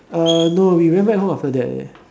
uh no we went back home after that eh